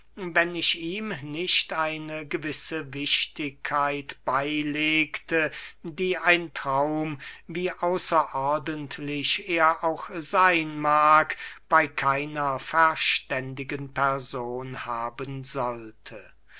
wenn ich ihm nicht eine gewisse wichtigkeit beylegte die ein traum wie außerordentlich er auch seyn mag bey keiner verständigen person haben sollte